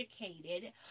educated